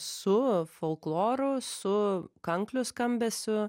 su folkloru su kanklių skambesiu